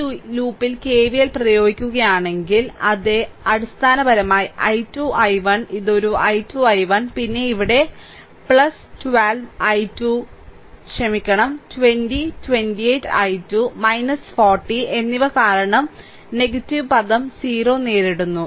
ഈ ലൂപ്പിൽ കെവിഎൽ പ്രയോഗിക്കുകയാണെങ്കിൽ അത് അടിസ്ഥാനപരമായി 12 I1 ഇത് ഒരു 12 I1 പിന്നെ ഇവിടെ 12 I2 ക്ഷമിക്കണം 20 28 I2 40 എന്നിവ കാരണം നെഗറ്റീവ് പദം 0 നേരിടുന്നു